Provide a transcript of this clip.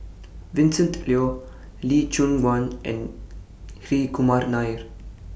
Vincent Leow Lee Choon Guan and Hri Kumar Nair